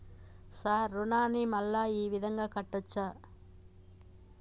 Sir రుణాన్ని మళ్ళా ఈ విధంగా కట్టచ్చా?